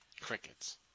Crickets